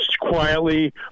quietly